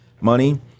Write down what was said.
money